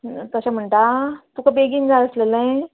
तशें म्हणटा तुका बेगीन जाय आसलले